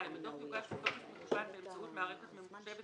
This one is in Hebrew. הדוח יוגש בטופס מקוון באמצעות מערכת ממוחשבת